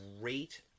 great